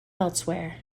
elsewhere